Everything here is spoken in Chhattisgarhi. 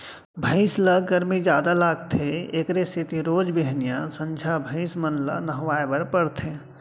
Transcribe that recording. भइंस ल गरमी जादा लागथे एकरे सेती रोज बिहनियॉं, संझा भइंस मन ल नहवाए बर परथे